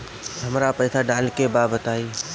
हमका पइसा डाले के बा बताई